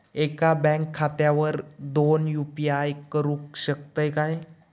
एका बँक खात्यावर दोन यू.पी.आय करुक शकतय काय?